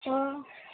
ꯑꯣ